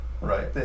right